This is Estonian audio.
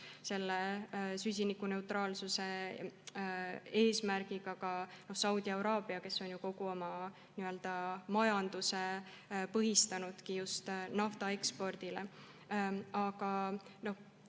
süsinikuneutraalsuse eesmärgiga Saudi Araabia, kes on kogu oma majanduse põhistanudki just nafta ekspordile.